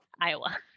Iowa